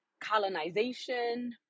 colonization